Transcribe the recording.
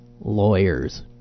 lawyers